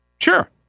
Sure